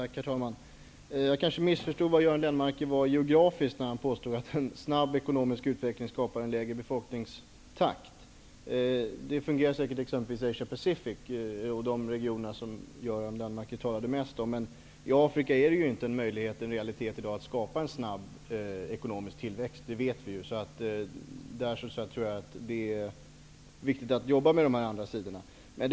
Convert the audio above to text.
Herr talman! Jag kanske missförstod vad Göran Lennmarker syftade på när han påstod att en snabb ekonomisk utveckling skapar en lägre befolkningsökningstakt. Det fungerar säkerligen exempelvis i Stillahavsasien och de regioner som Göran Lennmarker talade mest om, men vi vet ju att det i Afrika i dag inte finns någon möjlighet att skapa en snabb ekonomisk tillväxt. Därför är det viktigt att i stället arbeta på med annan inriktning.